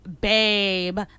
babe